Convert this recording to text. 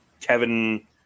Kevin